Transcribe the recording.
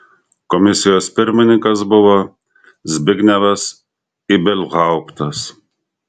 komisijos pirmininkas buvo zbignevas ibelhauptas